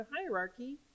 hierarchy